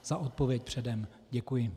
Za odpověď předem děkuji.